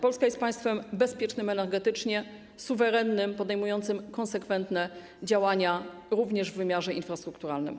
Polska jest państwem bezpiecznym energetycznie, suwerennym, podejmującym konsekwentne działania również w wymiarze infrastrukturalnym.